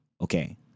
okay